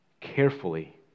Carefully